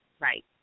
Right